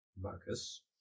Marcus